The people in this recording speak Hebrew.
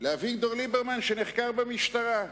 לאביגדור ליברמן, שנחקר במשטרה.